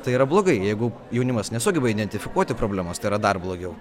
tai yra blogai jeigu jaunimas nesugeba identifikuoti problemos tai yra dar blogiau